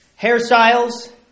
hairstyles